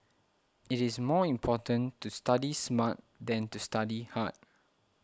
it is more important to study smart than to study hard